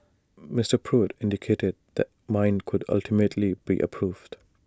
Mister Pruitt indicated the mine could ultimately be approved